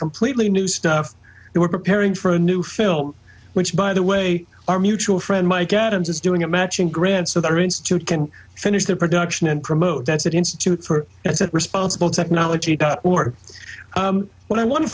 completely new stuff we're preparing for a new film which by the way our mutual friend mike atoms is doing a matching grant so the institute can finish their production and promote that's the institute for responsible technology or what i want to